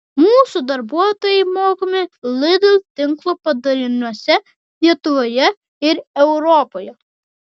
mūsų darbuotojai mokomi lidl tinklo padaliniuose lietuvoje ir europoje